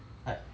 I